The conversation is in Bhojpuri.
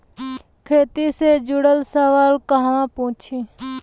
खेती से जुड़ल सवाल कहवा पूछी?